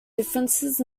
differences